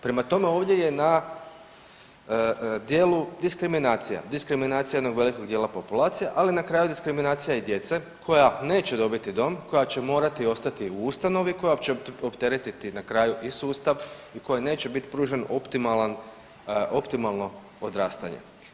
Prema tome, ovdje je na djelu diskriminacija, diskriminacija jednog velikog djela populacije, ali na kraju i diskriminacija i djece koja neće dobiti dom, koja će morati ostati u ustanovi, koja će opteretiti na kraju i sustav i kojoj neće bit pružen optimalan, optimalno odrastanje.